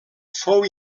fou